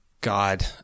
God